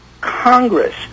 Congress